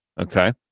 Okay